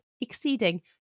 exceeding